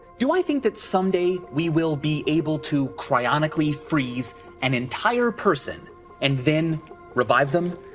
do i think that someday we will be able to cryonically freeze an entire person and then revive them?